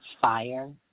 Fire